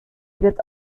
wird